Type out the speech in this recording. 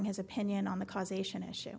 his opinion on the causation issue